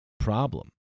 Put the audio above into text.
problem